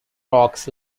rocks